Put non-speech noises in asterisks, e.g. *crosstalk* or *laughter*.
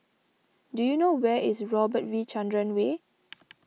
do you know where is Robert V Chandran Way *noise*